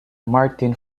martin